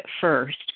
first